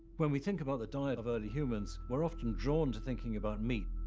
when we think about the diet of early humans, we're often drawn to thinking about meat,